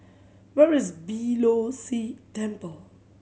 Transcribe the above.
where is Beeh Low See Temple